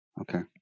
Okay